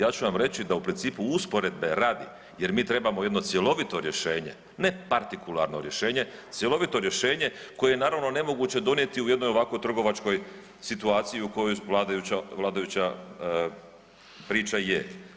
Ja ću vam reći da u principu usporedbe radi, jer mi trebamo jedno cjelovito rješenje, ne partikularno rješenje, cjelovito rješenje koje naravno je nemoguće donijeti u jednoj ovako trgovačkoj situaciji u kojoj vladajuća priča je.